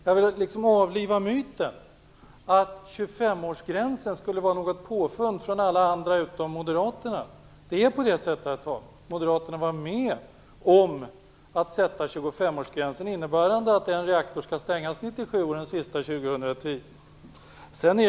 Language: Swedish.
Jag vill avliva myten att 25-årsgränsen skulle vara något påfund från alla andra men inte från moderaterna. Moderaterna var med om att sätta 25-årsgränsen, herr talman, innebärande att en reaktor skall stängas 1997 och den sista 2010.